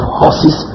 horses